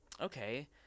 okay